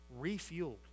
refueled